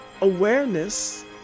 awareness